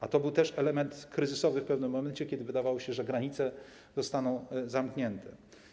A to również był element kryzysowy w pewnym momencie, kiedy wydawało się, że granice zostaną zamknięte.